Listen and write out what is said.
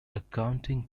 accounting